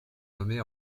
nommée